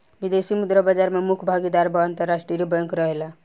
विदेशी मुद्रा बाजार में मुख्य भागीदार बड़ अंतरराष्ट्रीय बैंक रहेला